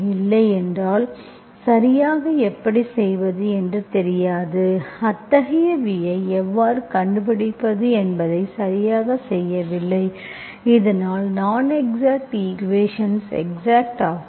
இல்லையெனில் சரியாக எப்படி செய்வது என்று தெரியாது அத்தகைய v ஐ எவ்வாறு கண்டுபிடிப்பது என்பதை சரியாகச் செய்யவில்லை இதனால் நான்எக்ஸாக்ட் ஈக்குவேஷன்ஸ் எக்ஸாக்ட் ஆகும்